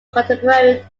contemporary